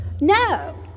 No